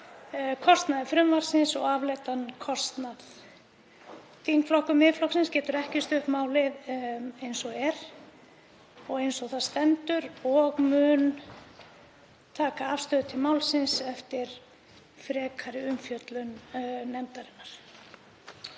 kostnaði frumvarpsins og afleiddum kostnaði. Þingflokkur Miðflokksins getur ekki stutt málið eins og er og eins og það stendur og mun taka afstöðu til málsins eftir frekari umfjöllun nefndarinnar.